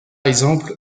exemple